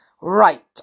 Right